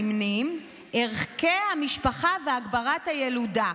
נמנים ערכי המשפחה והגברת הילודה.